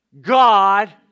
God